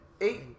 eight